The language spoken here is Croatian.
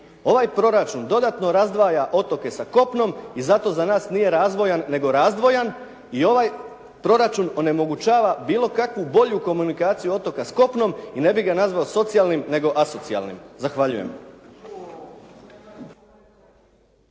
Ovaj proračun dodatno razdvaja otoke sa kopnom i zato na nas nije razvojan nego razdvojan i ovaj proračun onemogućava bilo kakvu bolju komunikaciju otoka s kopnom i ne bih ga nazvao socijalnim nego asocijalnim. Zahvaljujem.